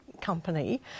company